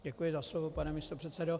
Děkuji za slovo, pane místopředsedo.